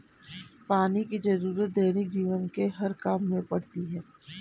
पानी की जरुरत दैनिक जीवन के हर काम में पड़ती है